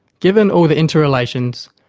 given all the interrelations,